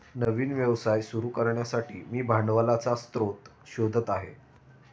नवीन व्यवसाय सुरू करण्यासाठी मी भांडवलाचा स्रोत शोधत आहे